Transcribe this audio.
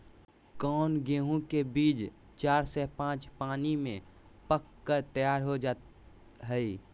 कौन गेंहू के बीज चार से पाँच पानी में पक कर तैयार हो जा हाय?